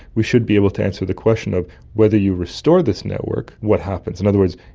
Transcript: we should be able to answer the question of whether you restore this network, what happens. in other words,